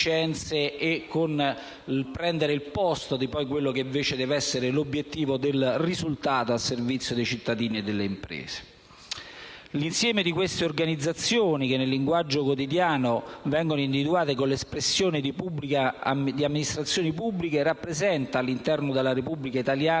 prendendo il posto di quello che deve invece essere l'obiettivo dell'azione amministrativa, ossia il risultato al servizio dei cittadini e delle imprese. L'insieme delle organizzazioni che nel linguaggio quotidiano vengono individuate con l'espressione di amministrazioni pubbliche rappresenta, all'interno della Repubblica italiana,